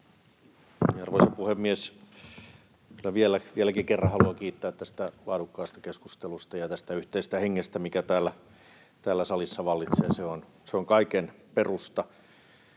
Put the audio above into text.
Arvoisa puhemies! Kyllä vieläkin kerran haluan kiittää tästä laadukkaasta keskustelusta ja tästä yhteisestä hengestä, mikä täällä salissa vallitsee. Se on kaiken perusta.